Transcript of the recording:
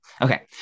okay